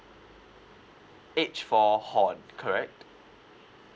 H for horn correct